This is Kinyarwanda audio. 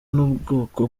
n’ubwoko